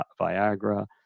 Viagra